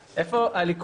אין, נמנעים